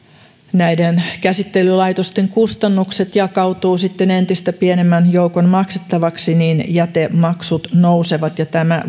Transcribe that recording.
näiden käsittelylaitosten kustannukset jakautuvat sitten entistä pienemmän joukon maksettavaksi jätemaksut nousevat ja tämä